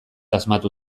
asmatu